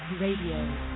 RADIO